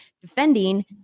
defending